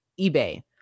eBay